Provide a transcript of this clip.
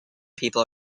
people